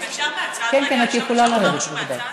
אפשר הצעה מהצד?